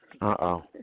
Uh-oh